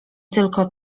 tylko